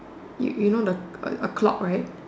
you you know the a clock right